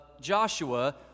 Joshua